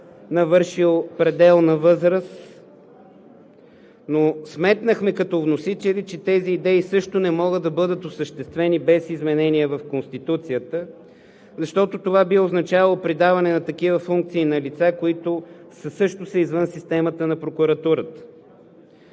навършил пределна възраст. Но сметнахме като вносители, че тези идеи също не могат да бъдат осъществени без изменения в Конституцията, защото това би означавало придаване на такива функции на лица, които също са извън системата на прокуратурата.